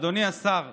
אדוני השר,